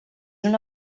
una